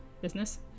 business